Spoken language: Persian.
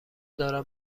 دارم